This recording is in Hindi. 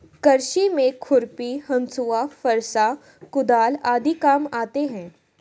कृषि में खुरपी, हँसुआ, फरसा, कुदाल आदि काम आते है